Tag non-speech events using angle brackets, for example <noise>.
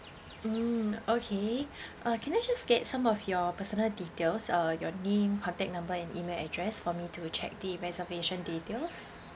mm okay <breath> uh can I just get some of your personal details uh your name contact number and email address for me to check the reservation details